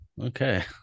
okay